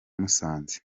musanze